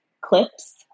clips